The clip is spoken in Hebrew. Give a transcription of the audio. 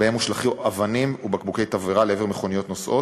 שבהם הושלכו אבנים ובקבוקי תבערה לעבר מכוניות נוסעות.